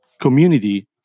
community